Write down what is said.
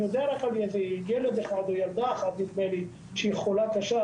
אני יודע רק על ילד או ילדה שחולים קשה,